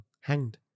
Hanged